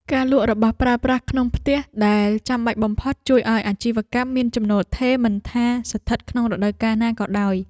ការលក់របស់របរប្រើប្រាស់ក្នុងផ្ទះដែលចាំបាច់បំផុតជួយឱ្យអាជីវកម្មមានចំណូលថេរមិនថាស្ថិតក្នុងរដូវកាលណាក៏ដោយ។